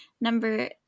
Number